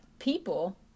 people